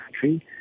country